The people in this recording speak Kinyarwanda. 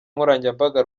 nkoranyambaga